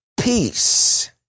peace